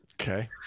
Okay